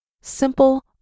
Simple